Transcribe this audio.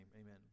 amen